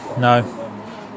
No